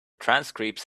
transcripts